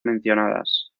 mencionadas